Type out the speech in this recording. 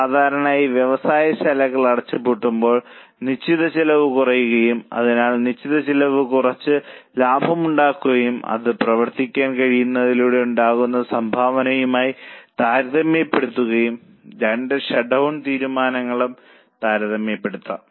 സാധാരണയായി വ്യവസായശാല അടച്ചുപൂട്ടുമ്പോൾ നിശ്ചിത ചെലവ് കുറയും അതിനാൽ നിശ്ചിത ചെലവിൽ കുറച്ച് ലാഭമുണ്ടാകും അത് പ്രവർത്തിപ്പിക്കാൻ കഴിയുന്നതിലൂടെ ഉണ്ടാകുന്ന സംഭാവനയുമായി താരതമ്യപ്പെടുത്തും രണ്ട് ഷട്ട്ഡൌൺ തീരുമാനങ്ങളും താരതമ്യപെടുത്താം